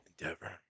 Endeavor